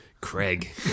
Craig